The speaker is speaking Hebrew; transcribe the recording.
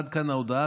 עד כאן ההודעה.